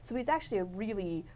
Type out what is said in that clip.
so he is actually a really,